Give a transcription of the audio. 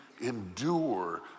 endure